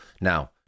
Now